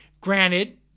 granted